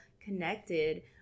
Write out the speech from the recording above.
connected